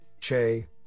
Che